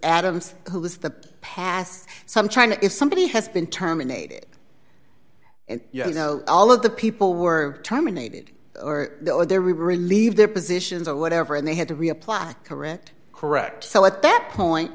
adams who is that pass so i'm trying to if somebody has been terminated and you know all of the people were terminated or they relieve their positions or whatever and they had to reapply correct correct so at that point